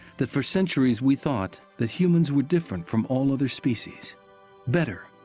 that for centuries, we thought that humans were different from all other species better,